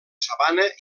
sabana